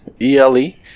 E-L-E